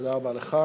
תודה רבה לך.